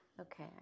Okay